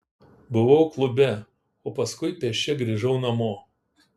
buvau klube o paskui pėsčia grįžau namo